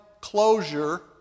closure